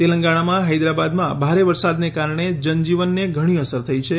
તેલંગણામાં હૈદરાબાદમાં ભારે વરસાદના કારણે જનજીવનને ઘણી અસર થઈ છે